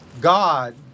God